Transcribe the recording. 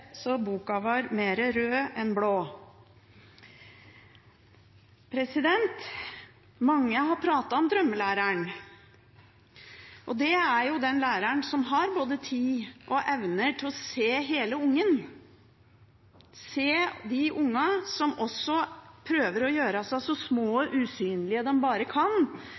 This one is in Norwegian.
så boka var mer rød enn blå. Mange har pratet om drømmelæreren. Det er den læreren som har både tid og evne til å se hele ungen, se de ungene som prøver å gjøre seg så små og usynlige de bare kan,